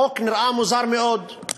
החוק נראה מוזר מאוד.